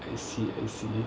I see I see